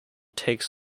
takes